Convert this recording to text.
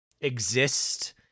exist